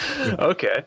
Okay